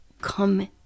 come